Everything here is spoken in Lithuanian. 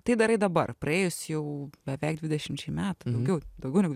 tai darai dabar praėjus jau beveik dvidešimčiai metų daugiau daugiau negu